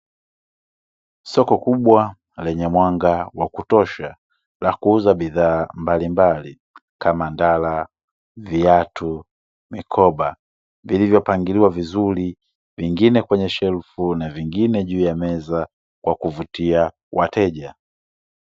Soko kubwa lenye mwanga wa kutosha, la kuuza bidhaa mbalimbali, kama ndala, viatu, mikoba, vilivyopangiliwa vizuri vingine kwenye shelfu na vingine juu ya meza, kwa kuvutia wateja.